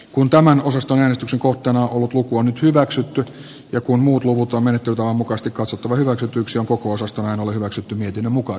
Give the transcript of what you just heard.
kun tämän osaston äänestyksen kohteena talousarvioesitys kiihdyttää tasaverokehitystä ja kun muut luvut on mennyt johdonmukasti katsottava hyväksytyksi on koko osasto on hyväksytyn mietinnön mukaan